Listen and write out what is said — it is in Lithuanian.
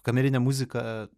kamerinė muzika